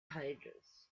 pages